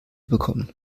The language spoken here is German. bekommen